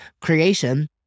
creation